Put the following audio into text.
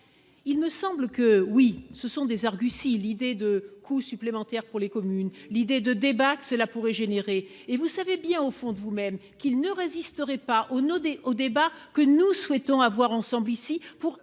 il me semble que oui, ce sont des arguties, l'idée de coûts supplémentaires pour les communes, l'idée de débat que cela pourrait générer et vous savez bien, au fond de vous-même qu'il ne résisterait pas au au débat que nous souhaitons avoir ensemble ici pour